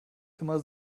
immer